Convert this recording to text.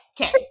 okay